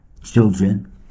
children